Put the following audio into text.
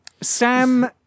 sam